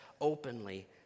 openly